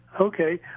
Okay